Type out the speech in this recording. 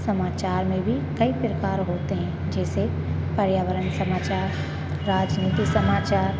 समाचार में भी कई प्रकार होते हैं जैसे पर्यावरण समाचार राजनीति समाचार